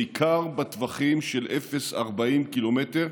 בעיקר בטווחים של 0 40 קילומטר,